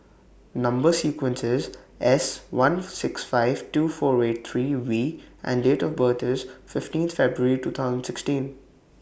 Number sequence IS S one six five two four eight three V and Date of birth IS fifteenth February twenty sixteen